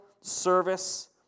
service